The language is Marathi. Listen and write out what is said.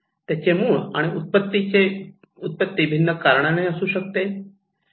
त्याचे मूळ आणि उत्पत्ती भिन्न कारणाने असू शकते